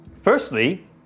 firstly